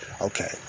Okay